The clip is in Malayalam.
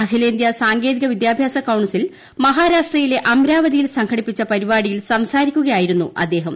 അഖിലേന്ത്യാ സാങ്കേതിക വിദ്യാഭ്യാസ കൌൺസിൽ മഹാരാഷ്ട്രയിലെ അംരാവതിയിൽ സംഘടിപ്പിച്ചു പരിപാടിയിൽ സംസാരിക്കുകയായിരുന്നു അദ്ദേഹം